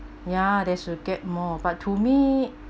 ya they should get more but to me